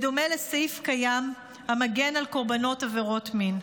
בדומה לסעיף קיים המגן על קורבנות עבירות מין.